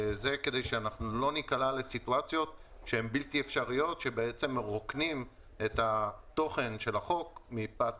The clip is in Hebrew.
זה כדי שלא ניקלע לסיטואציות בלתי אפשריות שמרוקנות את תוכן החוק מפאת